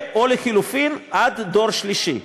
או, לחלופין, עד דור שלישי.